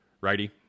Righty